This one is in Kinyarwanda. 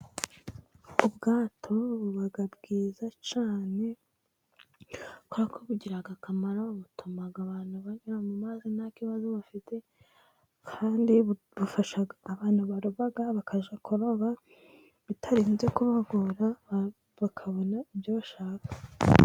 Ubwato buba bwiza cyane kuberako bugira akamaro, butuma abantu bajya mu mazi nta kibazo bafite kandi bifasha abantu baroba bakajya kuroba, bitarinze kubagora bakabona ibyo bashaka.